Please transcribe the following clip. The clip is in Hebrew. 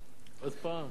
עוד פעם?